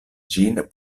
ĝin